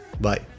Bye